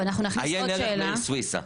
עיין ערך מאיר סוויסה.